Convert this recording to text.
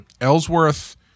Ellsworth